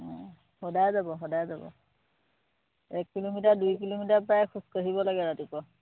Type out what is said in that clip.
অঁ সদায় যাব সদায় যাব এক কিলোমিটাৰ দুই কিলোমিটাৰ প্ৰায় খোজকাঢ়িব লাগে ৰাতিপুৱা